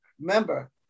Remember